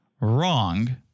wrong